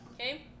okay